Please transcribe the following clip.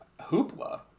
Hoopla